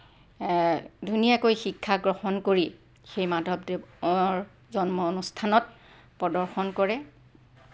ধুনীয়াকৈ শিক্ষা গ্ৰহণ কৰি সেই মাধৱদেৱৰ জন্ম অনুষ্ঠানত প্ৰদৰ্শন কৰে